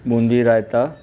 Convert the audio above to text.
boondi raita